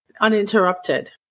uninterrupted